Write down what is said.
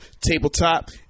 tabletop